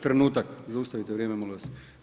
Trenutak, zaustavite vrijeme molim vas.